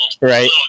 right